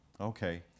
Okay